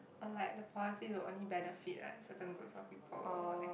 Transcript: or like the policies will only benefit like certain groups of people that kind